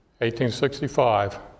1865